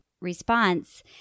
response